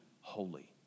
holy